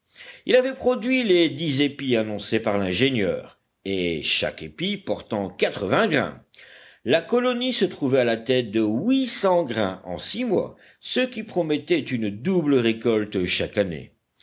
il avait produit les dix épis annoncés par l'ingénieur et chaque épi portant quatre-vingts grains la colonie se trouvait à la tête de huit cents grains en six mois ce qui promettait une double récolte chaque année